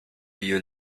you